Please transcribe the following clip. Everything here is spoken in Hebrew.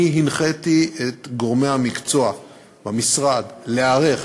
אני הנחיתי את גורמי המקצוע במשרד להיערך